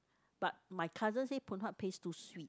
but my cousin say Phoon Huat paste too sweet